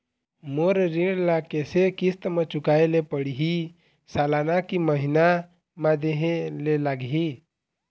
मोर ऋण ला कैसे किस्त म चुकाए ले पढ़िही, सालाना की महीना मा देहे ले लागही?